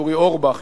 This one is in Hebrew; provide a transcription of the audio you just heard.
אורי אורבך,